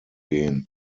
gehen